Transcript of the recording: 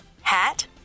hat